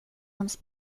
hans